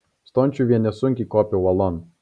stončiuvienė sunkiai kopė uolon